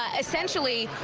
ah essentially.